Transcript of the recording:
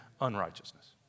unrighteousness